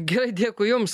gerai dėkui jums